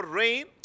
rain